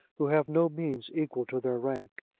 who have no means equal to their rank.